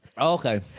okay